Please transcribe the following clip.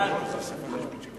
ההצעה להעביר את הנושא לוועדת